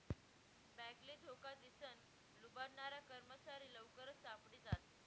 बॅकले धोका दिसन लुबाडनारा कर्मचारी लवकरच सापडी जास